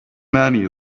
many